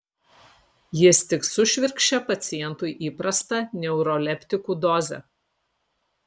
jis tik sušvirkščia pacientui įprastą neuroleptikų dozę